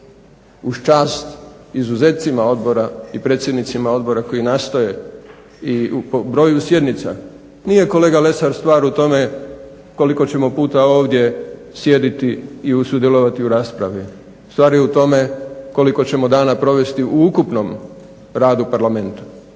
čast izuzecima odbora i predsjednicima odbora koji nastoje i broju sjednica. Nije kolega Lesar stvar u tome koliko ćemo puta ovdje sjediti i sudjelovati u raspravi. Stvar je u tome koliko ćemo dana provesti u ukupnom radu Parlamenta,